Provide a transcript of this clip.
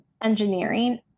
engineering